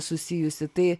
susijusi tai